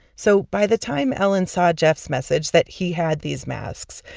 so by the time ellen saw jeff's message that he had these masks,